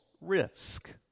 risk